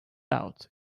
out